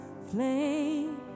flame